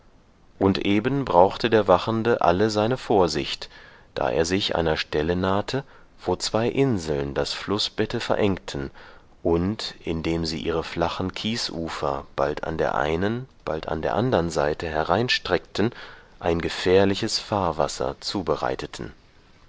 und eben brauchte der wachende alle seine vorsicht da er sich einer stelle nahte wo zwei inseln das flußbette verengten und indem sie ihre flachen kiesufer bald an der einen bald an der andern seite hereinstreckten ein gefährliches fahrwasser zubereiteten